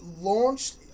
launched